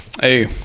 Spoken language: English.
Hey